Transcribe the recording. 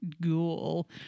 ghoul